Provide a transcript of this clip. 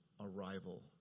arrival